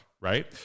right